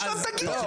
לשם תגיע.